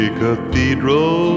cathedral